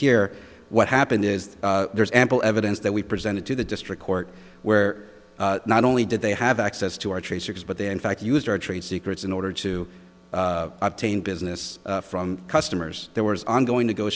here what happened is there's ample evidence that we presented to the district court where not only did they have access to our tracers but they in fact used our trade secrets in order to obtain business from customers there was ongoing to go